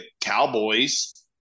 Cowboys